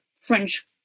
French